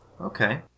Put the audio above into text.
Okay